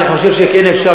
אני חושב שכן אפשר.